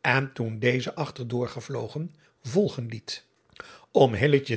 en toen deze achter doorgevlogen volgen liet om